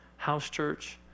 housechurch